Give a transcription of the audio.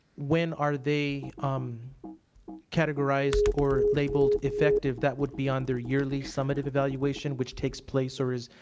when are they um categorized or labeled effective, that would be on their yearly summative evaluation which takes place or is